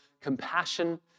compassion